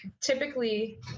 typically